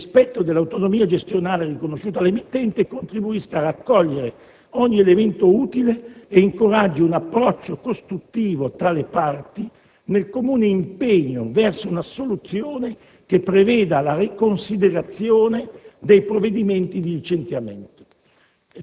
che, nel rispetto dell'autonomia gestionale riconosciuta all'emittente, contribuisca a raccogliere ogni elemento utile che incoraggi un approccio costruttivo tra le parti nel comune impegno verso una soluzione che preveda la riconsiderazione dei provvedimenti di licenziamento.